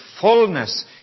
fullness